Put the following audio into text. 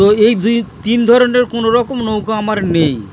তো এই দুই তিন ধরনের কোনোরকম নৌকা আমার নেই